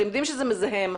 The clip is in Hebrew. אתם יודעים שזה מזהם,